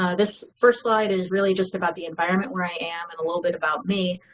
ah this first slide is really just about the environment where i am and a little bit about me.